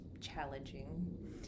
challenging